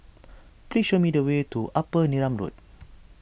please show me the way to Upper Neram Road